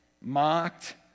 mocked